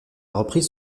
reprise